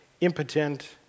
impotent